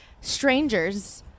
Strangers